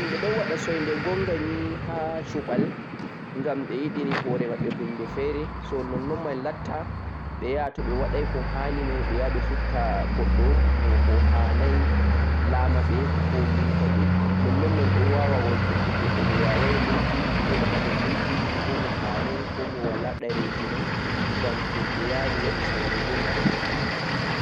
Himɓe ɗon waɗa soide gongo ha shuɓɓal ngam be yiɗani hore mabɓe hunde fere, nonnon tobe waɗai ko hanii ɓeyaɓe sutta goɗɗo mo hanai lamaɓe.